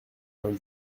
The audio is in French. vingt